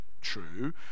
true